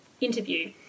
interview